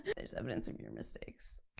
there's evidence of your mistakes.